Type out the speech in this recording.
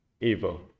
evil